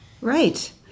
right